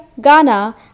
Ghana